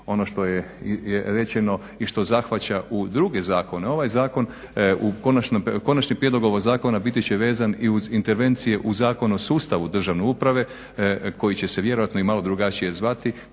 ono što je rečeno i što zahvaća u druge zakone, ovaj zakon u, konačni prijedlog ovog zakona biti će vezan i uz intervencije u Zakon o sustavu državne uprave koji će se vjerojatno i malo drugačije zvati,